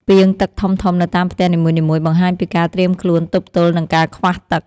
ពាងទឹកធំៗនៅតាមផ្ទះនីមួយៗបង្ហាញពីការត្រៀមខ្លួនទប់ទល់នឹងការខ្វះទឹក។